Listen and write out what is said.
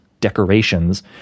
decorations